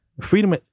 Freedom